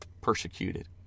persecuted